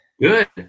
Good